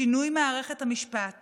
שינוי מערכת המשפט